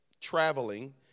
traveling